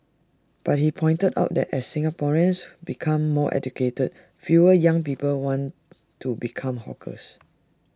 but he pointed out that as Singaporeans become more educated fewer young people want to become hawkers